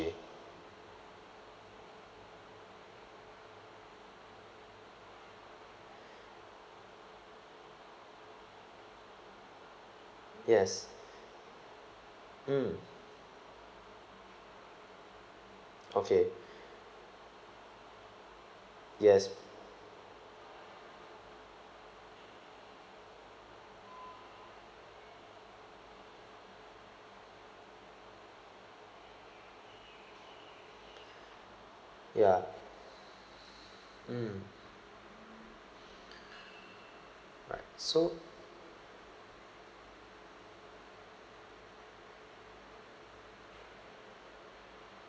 yes mm okay yes ya mm right so